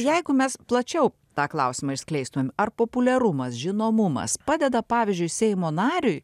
jeigu mes plačiau tą klausimą išskleistumėm ar populiarumas žinomumas padeda pavyzdžiui seimo nariui